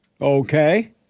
Okay